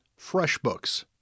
FreshBooks